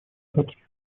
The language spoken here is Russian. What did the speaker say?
арабских